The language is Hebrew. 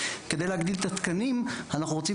כדי להגדיל את התקנים אנחנו רוצים